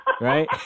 right